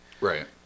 Right